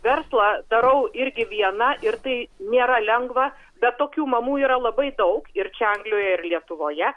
verslą darau irgi viena ir tai nėra lengva bet tokių mamų yra labai daug ir čia anglijoj ir lietuvoje